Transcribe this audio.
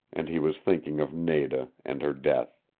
and he was thinking of nada, and her death.